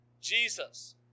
Jesus